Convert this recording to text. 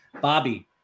Bobby